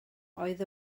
oedd